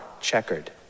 checkered